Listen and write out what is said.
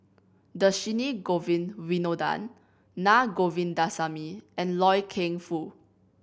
Dhershini Govin Winodan Naa Govindasamy and Loy Keng Foo